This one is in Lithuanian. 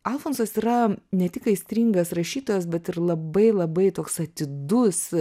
alfonsas yra ne tik aistringas rašytojas bet ir labai labai toks atidus